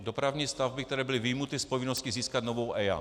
... dopravní stavby, které byly vyjmuty z povinnosti získat novou EIA.